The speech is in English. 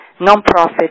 non-profit